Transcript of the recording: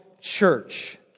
church